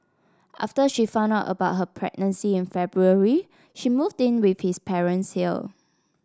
after she found out about her pregnancy in February she moved in with his parents here